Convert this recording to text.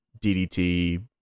DDT